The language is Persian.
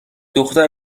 دختر